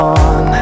on